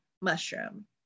mushroom